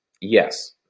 Yes